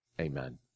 Amen